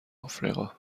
افریقا